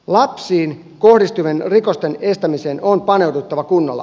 lapsiin kohdistuvien rikosten estämiseen on paneuduttava kunnolla